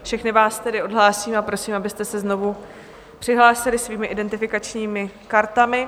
Všechny vás tedy odhlásím a prosím, abyste se znovu přihlásili svými identifikačními kartami.